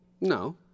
No